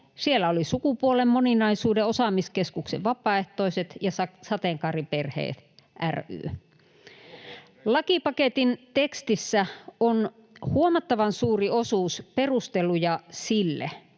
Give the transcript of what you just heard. Siellä olivat Sukupuolen moninaisuuden osaamiskeskuksen vapaaehtoiset ja Sateenkaariperheet ry. Lakipaketin tekstissä on huomattavan suuri osuus perusteluja sille